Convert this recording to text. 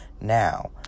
now